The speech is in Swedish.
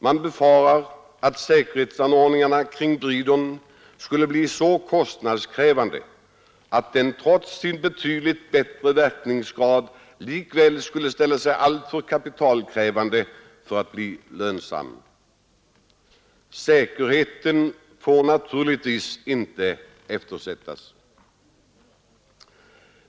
Man befarar att säkerhetsanordningarna kring breedern skulle bli så kostnadskrävande att denna trots sin betydligt bättre verkningsgrad blir alltför kostnadskrävande för att vara lönsam. Säkerheten får naturligtvis inte eftersättas.